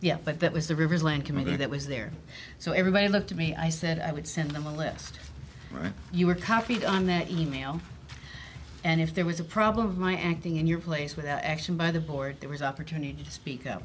yes but that was the rivers land committee that was there so everybody looked to me i said i would send them a list you were copied on that email and if there was a problem of my acting in your place with action by the board there was opportunity to speak up